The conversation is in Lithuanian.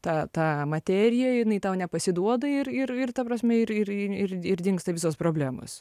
tą tą materiją jinai tau nepasiduoda ir ir ta prasme ir ir ir ir dingsta visos problemos